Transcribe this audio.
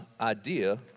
idea